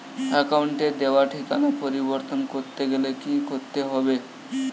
অ্যাকাউন্টে দেওয়া ঠিকানা পরিবর্তন করতে গেলে কি করতে হবে?